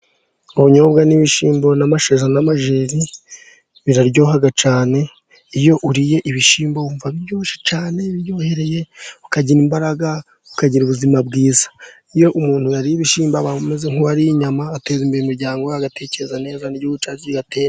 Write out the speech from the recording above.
Ubunyobwa n'ibishyimbo n'amashaza n'amajeri, biraryoha cyane. Iyo uriye ibishyimbo wumva biryohereye ukagira imbaraga, ukagira ubuzima bwiza. Iyo umuntu yariye ibishyimbo aba ameze nk'uwariye inyama. Ateza imbere umuryango we agatekereza neza, n'Igihugu cyacu kigatera imbere.